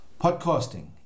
podcasting